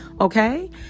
Okay